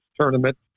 tournament